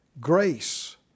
Grace